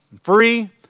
free